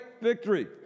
victory